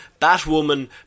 Batwoman